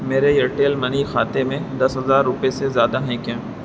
میرے Airtel money خاتے میں دس ہزار روپئے سے زیادہ ہیں کیا